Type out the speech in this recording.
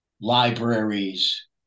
libraries